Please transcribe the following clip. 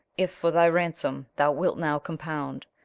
if for thy ransome thou wilt now compound,